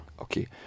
Okay